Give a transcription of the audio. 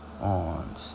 On